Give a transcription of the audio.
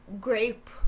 Grape